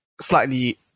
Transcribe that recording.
slightly